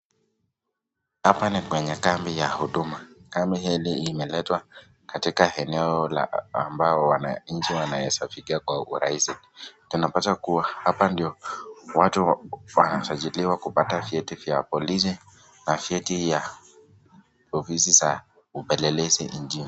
Hapa ni kwenye kambi ya huduma. kambi ili imeletwa katika eneo la ambao wananchi wanaweza fikia kwa huduma kwa urahisi. Tunapata kuwa hapa ndo watu wanasajiliwa kupata vyeti vya polisi na vyeti za upelelezi nchini .